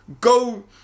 go